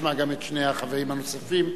נשמע גם חברים נוספים.